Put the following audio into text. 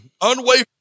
unwavering